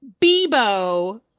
Bebo